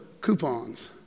coupons